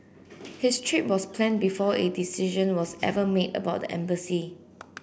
his trip was planned before a decision was ever made about the embassy